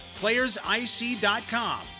playersic.com